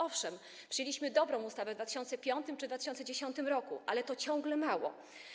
Owszem, przyjęliśmy dobrą ustawę w 2005 r. czy 2010 r., ale to ciągle mało.